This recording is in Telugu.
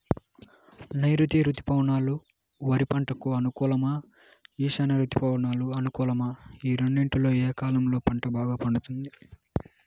నైరుతి రుతుపవనాలు వరి పంటకు అనుకూలమా ఈశాన్య రుతుపవన అనుకూలమా ఈ రెండింటిలో ఏ కాలంలో పంట బాగా పండుతుంది?